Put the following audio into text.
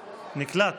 נקלט?